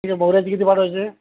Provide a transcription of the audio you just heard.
ठीक आहे मोगऱ्याचे किती पाठवायचे